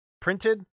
printed